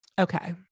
Okay